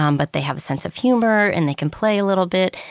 um but they have a sense of humor, and they can play a little bit,